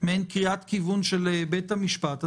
מעין קריאת כיוון של בית המשפט,